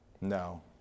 No